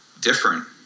different